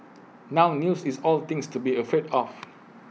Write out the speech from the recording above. now news is all things to be afraid of